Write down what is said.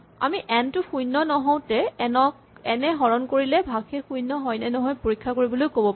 আমি এন টো শূণ্য নহওতে এন এ হৰণ কৰিলে ভাগশেষ শূণ্য হয় নে নহয় পৰীক্ষা কৰিবলৈ ক'ব পাৰো